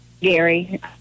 Gary